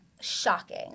Shocking